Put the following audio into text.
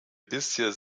bisher